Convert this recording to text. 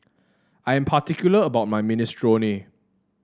I am particular about my Minestrone